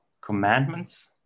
commandments